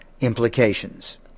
implications